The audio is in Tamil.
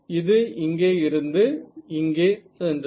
இது இங்கே இருந்து இங்கே சென்றது